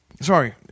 Sorry